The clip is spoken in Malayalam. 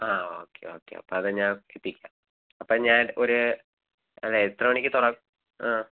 അ ഓക്കെ ഓക്കെ അപ്പം അത് ഞാൻ എത്തിക്കാം അപ്പം ഞാൻ ഒരു അല്ല എത്ര മണിക്ക് തുറക്കും അ